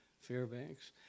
Fairbanks